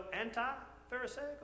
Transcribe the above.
anti-pharisaical